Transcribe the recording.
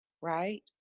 right